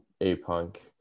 A-Punk